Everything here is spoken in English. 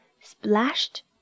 splashed